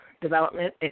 Development